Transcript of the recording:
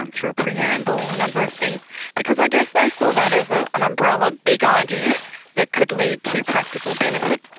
um through a preamble, a number of things because i guess they saw that as an umbrella big idea that could lead to practical benefits.